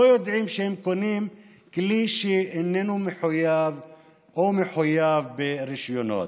לא יודעים אם קונים כלי שאיננו מחויב או מחויב ברישיונות.